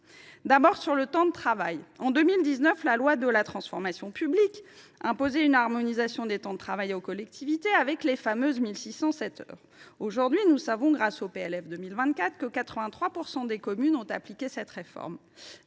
d’abord du temps de travail. En 2019, la loi de transformation publique imposait une harmonisation des temps de travail aux collectivités, avec les fameuses « 1 607 heures ». Aujourd’hui, nous savons, grâce au PLF 2024, que 83 % des communes ont appliqué cette réforme.